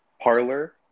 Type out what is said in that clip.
parlor